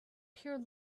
pure